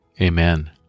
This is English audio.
Amen